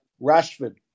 Rashford